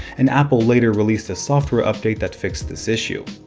and apple later released a software update that fixed this issue.